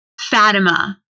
Fatima